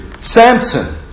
Samson